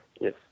yes